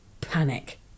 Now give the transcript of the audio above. panic